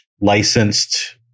licensed